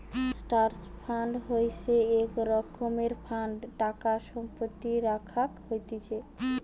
trust fund হইসে এক রকমের ফান্ড টাকা সম্পত্তি রাখাক হতিছে